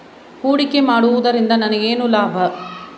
ಹೂಡಿಕೆ ಮಾಡುವುದರಿಂದ ನನಗೇನು ಲಾಭ?